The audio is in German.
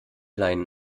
leihen